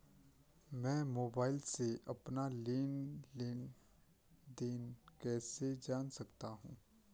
मैं मोबाइल से अपना लेन लेन देन कैसे जान सकता हूँ?